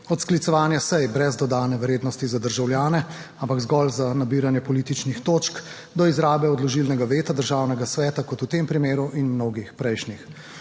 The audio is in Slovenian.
od sklicevanja sej brez dodane vrednosti za državljane, ampak zgolj za nabiranje političnih točk do izrabe odložilnega veta Državnega sveta, kot v tem primeru in mnogih prejšnjih,